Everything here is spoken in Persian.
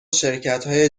شرکتهای